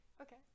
Okay